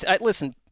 Listen